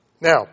Now